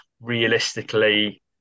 Realistically